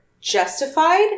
justified